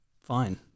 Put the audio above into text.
fine